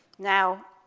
now,